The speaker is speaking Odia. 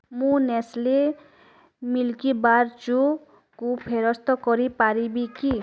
ମୁଁ ନେସ୍ଲେ ମିଲ୍କବାର୍ ଚୂକୁ ଫେରସ୍ତ କରି ପାରିବି କି